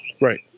right